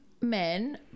men